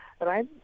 right